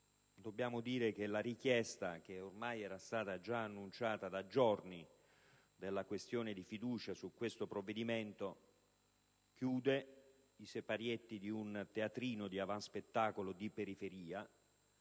dobbiamo dire che la richiesta, che ormai era stata già annunciata da giorni, della questione di fiducia su questo provvedimento chiude i siparietti di un teatrino di avanspettacolo di periferia